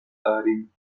داریم